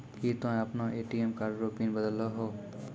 की तोय आपनो ATM card रो पिन बदलहो